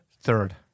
Third